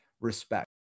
respect